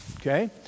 okay